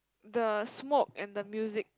the smoke and the music